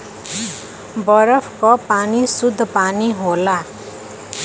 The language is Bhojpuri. बरफ क पानी सुद्ध पानी होला